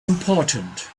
important